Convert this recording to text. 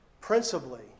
principally